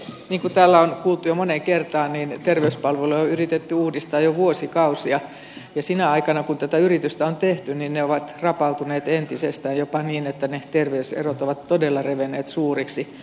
niin kuin täällä on kuultu jo moneen kertaan terveyspalveluja on yritetty uudistaa jo vuosikausia ja sinä aikana kun tätä yritystä on tehty ne ovat rapautuneet entisestään jopa niin että terveyserot ovat todella revenneet suuriksi